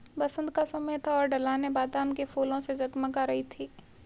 बसंत का समय था और ढलानें बादाम के फूलों से जगमगा रही थीं